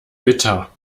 bitter